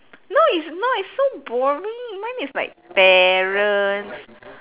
no it's not it's so boring mine is like parents